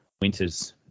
winters –